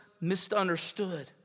misunderstood